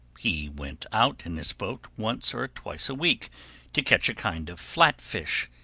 he went out in his boat once or twice a week to catch a kind of flat fish,